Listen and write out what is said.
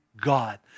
God